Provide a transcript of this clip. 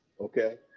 okay